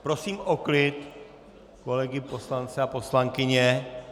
Prosím o klid kolegy poslance a poslankyně.